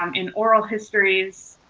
um in oral histories,